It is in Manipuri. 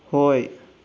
ꯍꯣꯏ